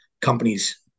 companies